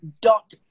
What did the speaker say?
dot